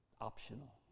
Optional